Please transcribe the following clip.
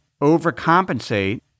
overcompensate